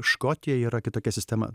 škotijoj yra kitokia sistema